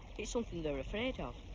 it's something they're afraid of.